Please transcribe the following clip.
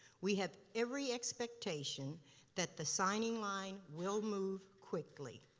we have every expectation that the signing line will move quickly.